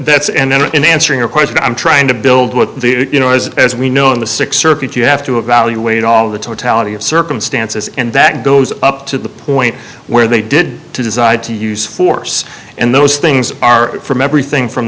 that's and then in answering your question i'm trying to build what you know as as we know in the six circuit you have to evaluate all of the totality of circumstances and that goes up to the point where they did to desired to use force and those things are from everything from